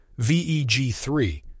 VEG3